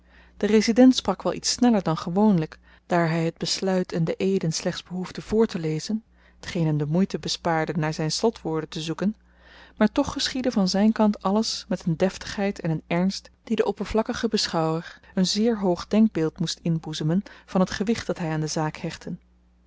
de resident sprak wel iets sneller dan gewoonlyk daar hy t besluit en de eeden slechts behoefde vrtelezen tgeen hem de moeite bespaarde naar zyn slotwoorden te zoeken maar toch geschiedde van zyn kant alles met een deftigheid en een ernst die den oppervlakkigen beschouwer een zeer hoog denkbeeld moesten inboezemen van t gewicht dat hy aan de zaak hechtte